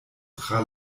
tra